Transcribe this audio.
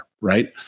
right